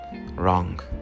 Wrong